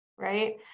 Right